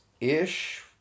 Ish